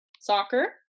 soccer